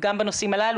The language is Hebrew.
גם בנושאים הללו.